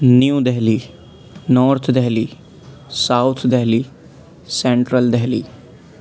new Delhi North Delhi South Delhi Central Delhi